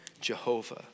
Jehovah